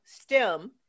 STEM